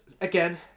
Again